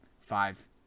five